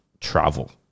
travel